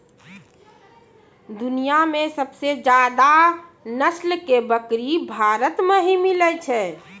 दुनिया मॅ सबसे ज्यादा नस्ल के बकरी भारत मॅ ही मिलै छै